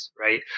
right